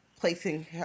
placing